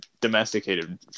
domesticated